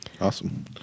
Awesome